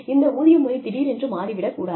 இந்த ஊதிய முறை திடீரென்று மாறி விடக்கூடாது